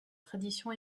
tradition